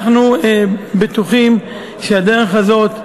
אנחנו בטוחים שהדרך הזאת,